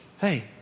hey